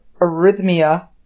arrhythmia